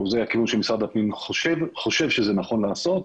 זה הכיוון שמשרד הפנים חושב שנכון ללכת בו.